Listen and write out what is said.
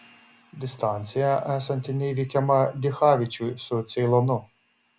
distancija esanti neįveikiama dichavičiui su ceilonu